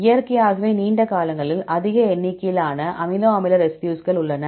இயற்கையாகவே நீண்ட காலங்களில் அதிக எண்ணிக்கையிலான அமினோ அமில ரெசிடியூஸ்கள் உள்ளன